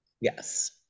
yes